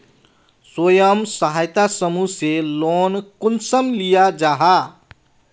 स्वयं सहायता समूह से लोन कुंसम लिया जाहा?